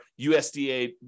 USDA